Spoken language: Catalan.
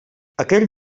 aquell